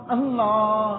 Allah